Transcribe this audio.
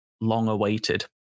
long-awaited